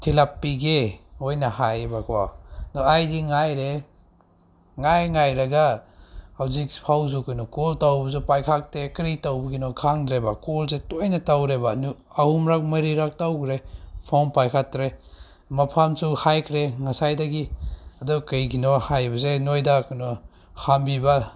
ꯊꯤꯜꯂꯛꯄꯤꯒꯦ ꯃꯣꯏꯅ ꯍꯥꯏꯌꯦꯕꯀꯣ ꯑꯗꯣ ꯑꯩꯗꯤ ꯉꯥꯏꯔꯦ ꯉꯥꯏ ꯉꯥꯏꯔꯒ ꯍꯧꯖꯤꯛ ꯐꯥꯎꯁꯨ ꯀꯩꯅꯣ ꯀꯣꯜ ꯇꯧꯕꯁꯨ ꯄꯥꯏꯈꯠꯇꯦ ꯀꯔꯤ ꯇꯧꯕꯒꯤꯅꯣ ꯈꯪꯗ꯭ꯔꯦꯕ ꯀꯣꯜꯁꯦ ꯇꯣꯏꯅ ꯇꯧꯔꯦꯕ ꯑꯍꯨꯝꯂꯛ ꯃꯔꯤꯔꯛ ꯇꯧꯈ꯭ꯔꯦ ꯐꯣꯟ ꯄꯥꯏꯈꯠꯇ꯭ꯔꯦ ꯃꯐꯝꯁꯨ ꯍꯥꯏꯈ꯭ꯔꯦ ꯉꯁꯥꯏꯗꯒꯤ ꯑꯗꯣ ꯀꯩꯒꯤꯅꯣ ꯍꯥꯏꯕꯁꯦ ꯅꯣꯏꯗ ꯀꯩꯅꯣ ꯐꯝꯃꯤꯕ